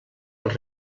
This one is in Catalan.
els